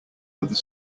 other